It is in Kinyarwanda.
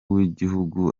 w’igihugu